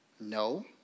No